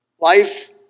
Life